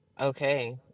okay